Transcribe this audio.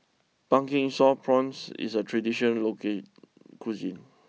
Pumpkin Sauce Prawns is a traditional local cuisine